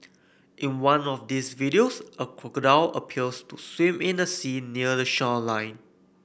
in one of these videos a crocodile appears to swim in the sea near the shoreline